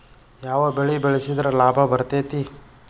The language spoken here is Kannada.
ಯಾವ ಬೆಳಿ ಬೆಳ್ಸಿದ್ರ ಲಾಭ ಬರತೇತಿ?